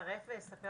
אצרף ואספר